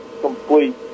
complete